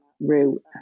route